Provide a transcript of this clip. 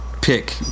pick